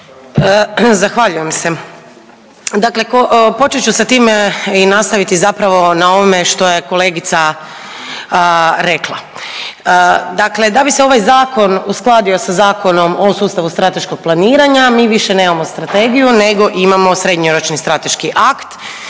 Zahvaljujem se. Dakle, počet ću sa time i nastaviti zapravo na ovome što je kolegica rekla. Dakle, da bi se ovaj zakon uskladio sa Zakonom o sustavu strateškog planiranja mi više nemamo strategiju nego imamo srednjoročni strateški akt